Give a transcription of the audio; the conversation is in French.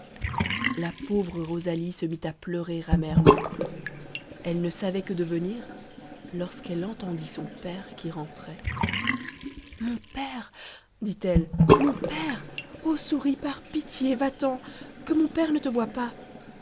la pauvre rosalie se mit à pleurer amèrement elle ne savait que devenir lorsqu'elle entendit son père qui rentrait mon père dit-elle mon père oh souris par pitié va-t'en que mon père ne te voie pas